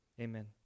Amen